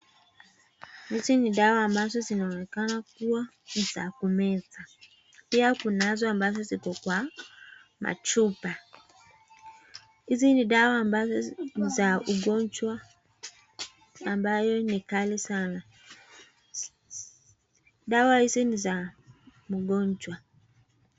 Hizi ni dawa ambazo zinaonekana kuwa ni za kumeza. Pia kunazo ambazo ziko kwa machupa. Hizi ni dawa ambazo ni za ugonjwa ambayo ni kali sana. Dawa hizi ni za mgonjwa.